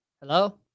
Hello